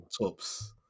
tops